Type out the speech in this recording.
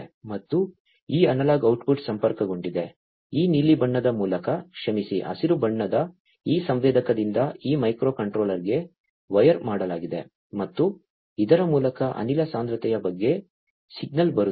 ಮತ್ತು ಈ analog output ಸಂಪರ್ಕಗೊಂಡಿದೆ ಈ ನೀಲಿ ಬಣ್ಣದ ಮೂಲಕ ಕ್ಷಮಿಸಿ ಹಸಿರು ಬಣ್ಣದ ಈ ಸಂವೇದಕದಿಂದ ಈ ಮೈಕ್ರೋಕಂಟ್ರೋಲರ್ಗೆ ವೈರ್ ಮಾಡಲಾಗಿದೆ ಮತ್ತು ಇದರ ಮೂಲಕ ಅನಿಲ ಸಾಂದ್ರತೆಯ ಬಗ್ಗೆ ಸಿಗ್ನಲ್ ಬರುತ್ತಿದೆ